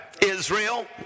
Israel